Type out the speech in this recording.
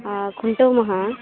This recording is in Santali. ᱟᱨ ᱠᱷᱩᱱᱴᱟᱹᱣ ᱢᱟᱦᱟ